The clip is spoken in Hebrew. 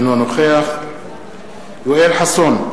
אינו נוכח יואל חסון,